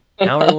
Now